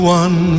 one